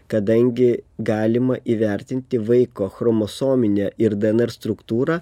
kadangi galima įvertinti vaiko chromosominę ir dnr struktūrą